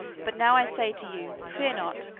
but now i say to you, fear not.